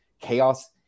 chaos